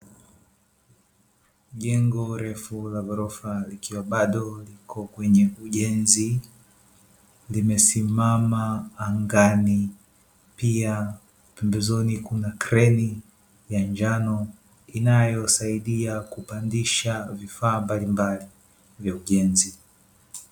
Jengo refu la ghorofa likiwa bado liko kwenye ujenzi limesimama angani, pia pembezoni kuna kreni ya njano inayosaidia kupandisha vifaa mbalimbali vya ujenzi.